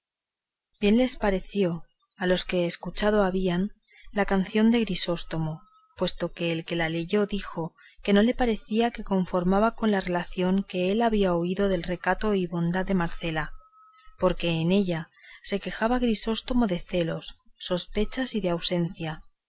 les pareció a los que escuchado habían la canción de grisóstomo puesto que el que la leyó dijo que no le parecía que conformaba con la relación que él había oído del recato y bondad de marcela porque en ella se quejaba grisóstomo de celos sospechas y de ausencia